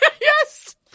Yes